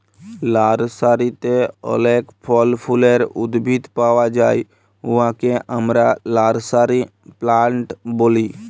লার্সারিতে অলেক ফল ফুলের উদ্ভিদ পাউয়া যায় উয়াকে আমরা লার্সারি প্লান্ট ব্যলি